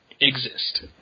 exist